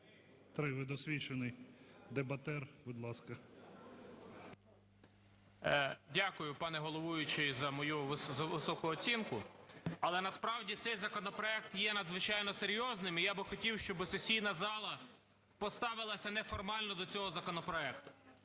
Три, ви досвідчений дебатер. Будь ласка. 13:11:44 КРУЛЬКО І.І. Дякую, пане головуючий, за мою високу оцінку. Але насправді цей законопроект є надзвичайно серйозним, і я би хотів, щоби сесійна зала поставилася не формально до цього законопроекту.